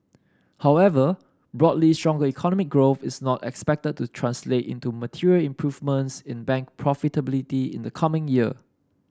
however broadly stronger economy growth is not expected to translate into material improvements in bank profitability in the coming year